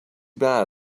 bad